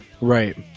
Right